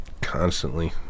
constantly